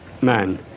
man